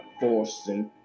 forcing